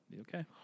Okay